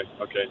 okay